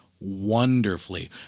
wonderfully